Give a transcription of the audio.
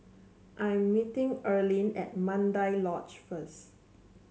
I am meeting Erline at Mandai Lodge first